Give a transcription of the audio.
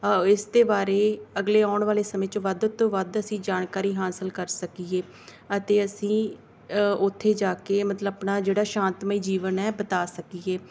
ਇਸ ਦੇ ਬਾਰੇ ਅਗਲੇ ਆਉਣ ਵਾਲੇ ਸਮੇਂ 'ਚੋਂ ਵੱਧ ਤੋਂ ਵੱਧ ਅਸੀਂ ਜਾਣਕਾਰੀ ਹਾਸਿਲ ਕਰ ਸਕੀਏ ਅਤੇ ਅਸੀਂ ਅ ਉੱਥੇ ਜਾ ਕੇ ਮਤਲਬ ਆਪਣਾ ਜਿਹੜਾ ਸ਼ਾਂਤਮਈ ਜੀਵਨ ਹੈ ਬਿਤਾ ਸਕੀਏ